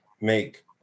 make